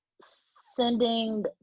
sending